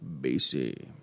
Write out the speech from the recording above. BC